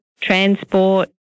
transport